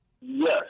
Yes